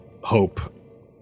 Hope